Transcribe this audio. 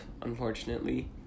unfortunately